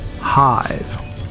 Hive